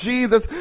Jesus